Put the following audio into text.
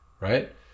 right